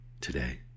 today